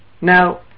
now